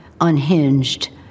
unhinged